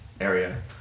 area